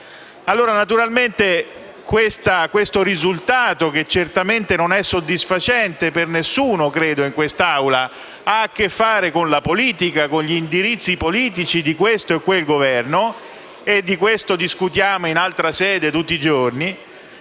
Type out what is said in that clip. Naturalmente questo risultato, che certamente credo non sia soddisfacente per nessuno in quest'Aula, ha a che fare con la politica, con gli indirizzi politici di questo e quel Governo e di ciò discutiamo in altra sede tutti i giorni,